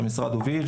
בהובלת המשרד,